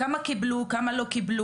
כמה קיבלו, כמה לא קיבלו.